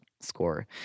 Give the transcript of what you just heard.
score